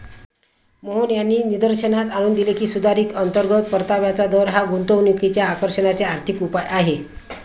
मोहन यांनी निदर्शनास आणून दिले की, सुधारित अंतर्गत परताव्याचा दर हा गुंतवणुकीच्या आकर्षणाचे आर्थिक उपाय आहे